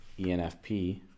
ENFP